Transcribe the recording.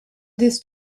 these